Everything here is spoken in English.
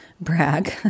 brag